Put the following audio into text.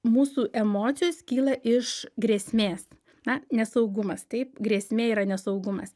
mūsų emocijos kyla iš grėsmės na nesaugumas taip grėsmė yra nesaugumas